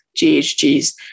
GHGs